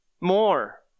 more